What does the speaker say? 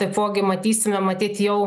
taipogi matysime matyt jau